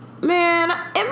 man